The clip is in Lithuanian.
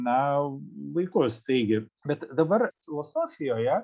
na vaikus taigi bet dabar filosofijoje